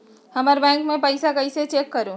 हमर बैंक में पईसा कईसे चेक करु?